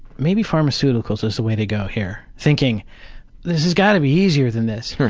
maybe pharmaceuticals is the way to go here. thinking this has got to be easier than this.